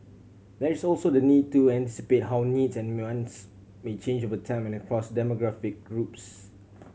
there is also the need to anticipate how needs and wants may change over time and across demographic groups